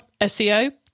SEO